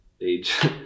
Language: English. age